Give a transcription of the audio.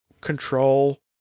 control